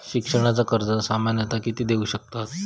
शिक्षणाचा कर्ज सामन्यता किती देऊ शकतत?